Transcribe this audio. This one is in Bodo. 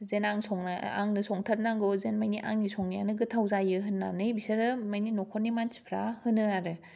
जेन आं संनो आंनो संथारनांगौ जेन माने आंनि संनायानो गोथाव जायो होननानै बिसोरो माने नखरनि मानसिफ्रा होनो आरो